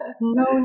no